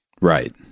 Right